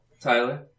Tyler